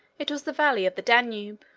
it was the valley of the danube.